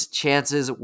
chances